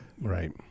Right